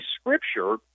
Scripture—